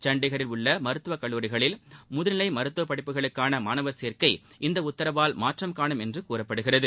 சண்டிகரில் உள்ள மருத்துவ கல்லூரிகளில் முதுநிலை மருத்துவ படிப்புகளுக்கான மாணவர் சேர்க்கை இந்த உத்தரவால் மாற்றம் காணும் என்று கூறப்படுகிறது